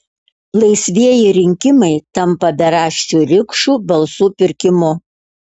laisvieji rinkimai tampa beraščių rikšų balsų pirkimu